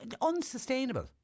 unsustainable